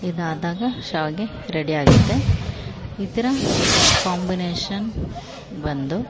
ಇದಾದಾಗ ಶಾವಿಗೆ ರೆಡಿ ಆಗುತ್ತೆ ಇದರ ಕಾಂಬಿನೇಷನ್ ಬಂದು